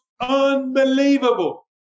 unbelievable